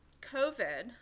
COVID